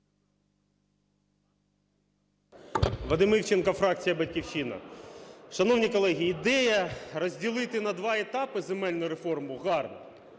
Вадим Івченко, фракція "Батьківщини". Шановні колеги, ідея розділити на два етапи земельну реформу гарна.